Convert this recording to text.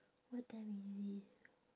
what time we leave